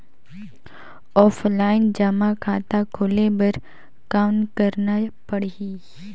Offline जमा खाता खोले बर कौन करना पड़ही?